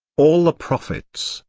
all the prophets,